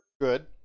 Good